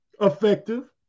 effective